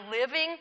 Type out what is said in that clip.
living